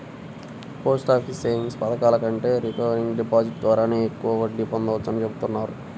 post office savings పథకాల కంటే recurring deposit ద్వారానే ఎక్కువ వడ్డీ పొందవచ్చని చెబుతున్నారు